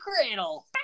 Cradle